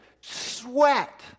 sweat